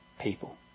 people